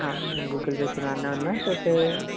हां गूगल ते चलान्ना होन्ना तुस